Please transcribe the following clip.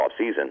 offseason